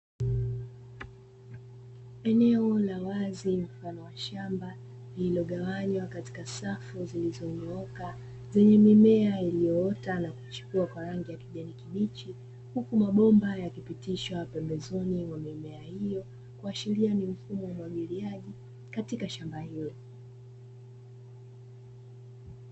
Eneo la wazi mfano wa shamba lililogawanywa katika safu zilizonyooka; zenye mimea iliyopita na kuchipua kwa rangi ya kijani kibichi, huku mabomba yakipitishwa pembezoni mwa mimea hiyo kuashiria ni mfumo wa umwagiliaji katika shamba hilo.